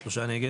3 נמנעים,